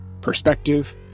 perspective